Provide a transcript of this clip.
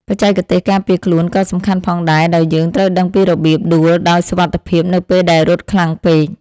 បច្ចេកទេសការពារខ្លួនក៏សំខាន់ផងដែរដោយយើងត្រូវដឹងពីរបៀបដួលដោយសុវត្ថិភាពនៅពេលដែលរត់ខ្លាំងពេក។